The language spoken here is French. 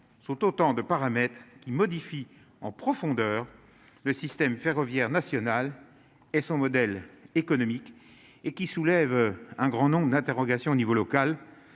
sont autant de paramètres qui modifie en profondeur le système ferroviaire national et son modèle économique et qui soulève un grand nombre d'interrogations au niveau local,